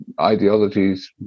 ideologies